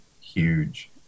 huge